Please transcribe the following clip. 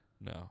No